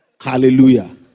hallelujah